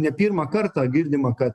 ne pirmą kartą girdima kad